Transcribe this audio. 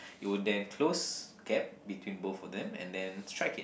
it will then close gap between both of them and then strike it